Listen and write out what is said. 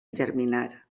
germinar